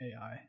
AI